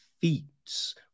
feats